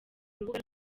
urubuga